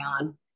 on